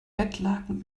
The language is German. bettlaken